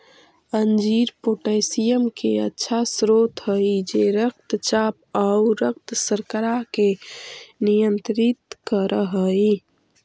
अंजीर पोटेशियम के अच्छा स्रोत हई जे रक्तचाप आउ रक्त शर्करा के नियंत्रित कर हई